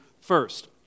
first